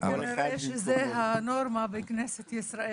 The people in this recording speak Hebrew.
כנראה שזו הנורמה בכנסת ישראל.